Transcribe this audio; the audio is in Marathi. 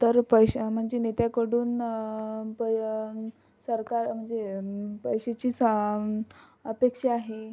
तर पैशा म्हणजे नेत्याकडून पै सरकार मजे पैशाची सांग अपेक्षा आहे